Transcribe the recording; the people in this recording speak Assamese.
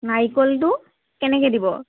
নাৰিকলটো কেনেকৈ দিব